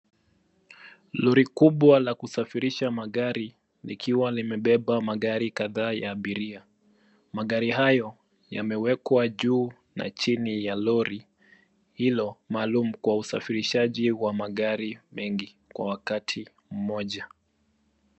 Lori kubwa la kusafirisha magari likiwa limebeba magari kadhaa ya abiria. Magari hayo yamewekwa juu na chini ya lori hilo maalum kwa usafirishaji wa magari mengi kwa wakati mmoja.